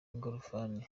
ingorofani